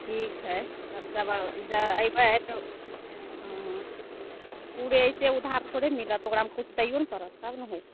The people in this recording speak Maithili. ठीक है अब जब अइबै हँ पुरे ऐसे ऊधार थोड़े मिलत ओकरामे किछु दैयो ने पड़त तब ने होएत